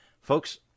Folks